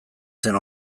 zen